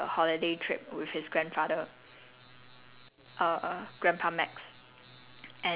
he first discovered this watch while he went on um kind of like a holiday trip with his grandfather